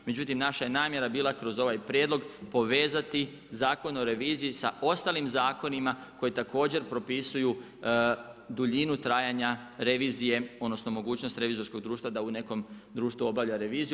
Međutim, naša je namjera bila kroz ovaj prijedlog povezati Zakon o reviziji sa ostalim zakonima koji također propisuju duljinu trajanja revizije, odnosno mogućnost revizorskog društva da u nekom društvu obavlja reviziju.